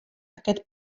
aquest